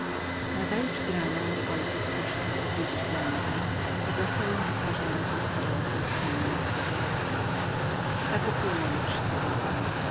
nazajutrz z rana mój ojciec poszedł odwiedzić blankę i zastał ją powtarzającą z karlosem scenę nowego baletu tak upłynęły trzy tygodnie